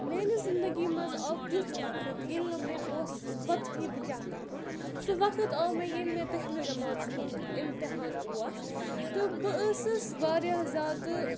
میانہِ زِندگی منٛز آو تیُتھ وقت ییٚلہِ نہٕ مےٚ اوس پَتہٕ ہٕے بہٕ کیاہ کَرٕ سُہ وقت آو مےٚ ییٚلہِ مےٚ دٔہمہِ جَمٲژ ہُند اِمتحان اوس تہٕ بہٕ ٲسٕس واریاہ زیادٕ